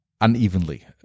unevenly